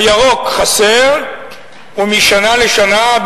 הירוק חסר ומשנה לשנה,